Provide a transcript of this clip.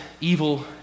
evil